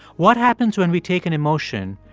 what happens when we take an emotion,